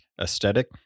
aesthetic